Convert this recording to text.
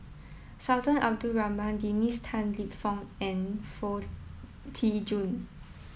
Sultan Abdul Rahman Dennis Tan Lip Fong and Foo Tee Jun